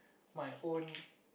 my own